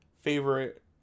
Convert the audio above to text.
favorite